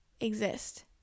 exist